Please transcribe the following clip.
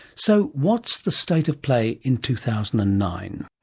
so what's the state of play in two thousand and nine?